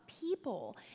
people